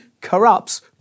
corrupts